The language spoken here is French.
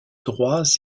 droits